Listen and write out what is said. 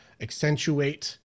accentuate